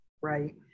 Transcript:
right